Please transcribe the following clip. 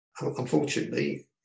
Unfortunately